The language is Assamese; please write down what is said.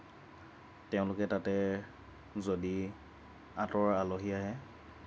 তেওঁলোকে তাতে যদি আঁতৰৰ আলহী আহে